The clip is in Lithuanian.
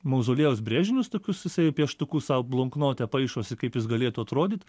mauzoliejaus brėžinius tokius jisai pieštuku sau blonknote paišosi kaip jis galėtų atrodyt